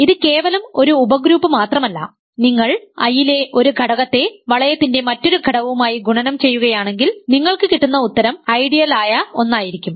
ഇത് കേവലം ഒരു ഉപഗ്രൂപ്പ് മാത്രമല്ല നിങ്ങൾ I ലെ ഒരു ഘടകത്തെ വളയത്തിന്റെ മറ്റൊരു ഘടകവുമായി ഗുണനം ചെയ്യുകയാണെങ്കിൽ നിങ്ങൾക്ക് കിട്ടുന്ന ഉത്തരം ഐഡിയലായ ഒന്നായിരിക്കും